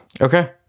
Okay